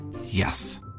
Yes